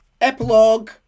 Epilogue